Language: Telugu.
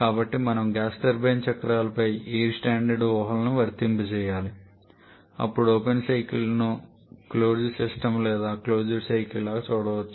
కాబట్టి మనము గ్యాస్ టర్బైన్ చక్రాలపై ఎయిర్ స్టాండర్డ్ ఊహలను వర్తింపజేయాలి అప్పుడు ఓపెన్ సైకిల్ను క్లోజ్డ్ సిస్టమ్ లేదా క్లోజ్డ్ సైకిల్ లాగా చూడవచ్చు